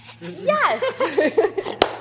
Yes